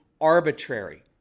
arbitrary